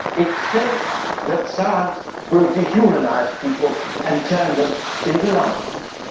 it's said that science will dehumanise people and turn them into numbers.